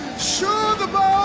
sure the boat